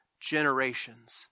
generations